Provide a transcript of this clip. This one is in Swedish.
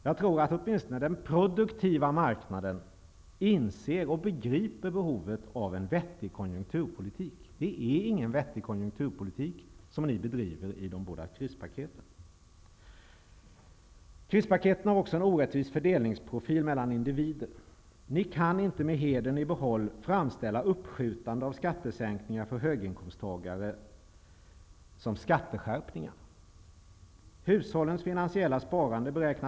Jag tror att åtminstone den produktiva marknaden inser och begriper behovet av en vettig konjunkturpolitik. Någon sådan finns inte i de båda krispaketen. Krispaketen har också en orättvis fördelningsprofil mellan individer. Ni kan inte med hedern i behåll framställa ett uppskjutande av skattesänkningar för höginkomsttagare som skatteskärpning.